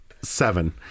Seven